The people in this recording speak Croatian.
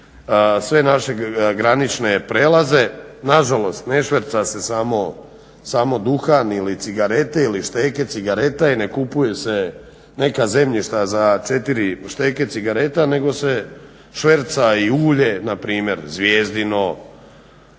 sve naše granične prijelaze, nažalost ne šverca se samo duhan ili cigarete ili šteke cigareta i ne kupuje se neka zemljišta za 4 šteke cigareta nego se šverca i ulje npr. Zvijezdino,